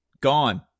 Gone